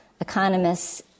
economists